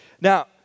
Now